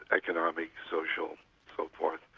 economic, social so forth,